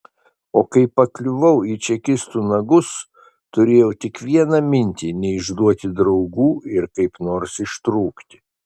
o kai pakliuvau į čekistų nagus turėjau tik vieną mintį neišduoti draugų ir kaip nors ištrūkti